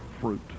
fruit